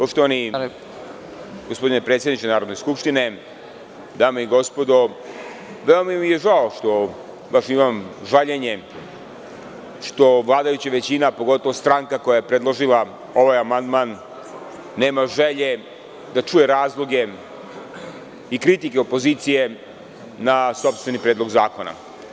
Poštovani gospodine predsedniče narodne skupštine, dame i gospodo, veoma mi je žao što vladajuća većina, pogotovo stranka koja je predložila ovaj amandman, nema želje da čuje razloge i kritike opozicije na sopstveni Predlog zakona.